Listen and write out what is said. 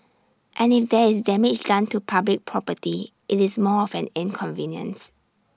and if there is damage done to public property IT is more of an inconvenience